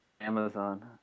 Amazon